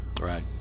right